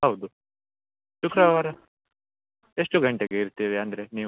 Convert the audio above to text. ಹೌದು ಶುಕ್ರವಾರ ಎಷ್ಟು ಗಂಟೆಗೆ ಇರ್ತೀರಿ ಅಂದರೆ ನೀವು